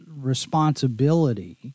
responsibility